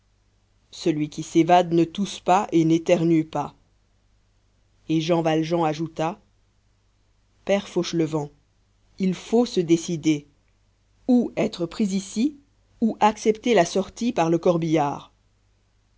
celui qui s'évade ne tousse pas et n'éternue pas et jean valjean ajouta père fauchelevent il faut se décider ou être pris ici ou accepter la sortie par le corbillard